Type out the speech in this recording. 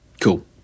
Cool